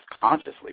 consciously